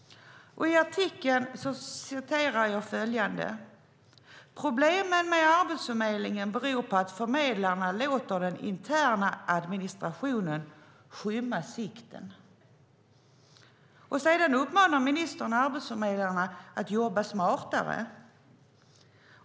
I artikeln läser jag följande: Problemen med Arbetsförmedlingen beror på att förmedlarna låter den interna administrationen skymma sikten. Sedan uppmanar ministern arbetsförmedlarna att jobba smartare.